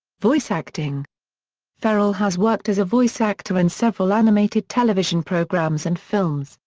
voice acting ferrell has worked as a voice actor in several animated television programs and films,